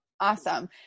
Awesome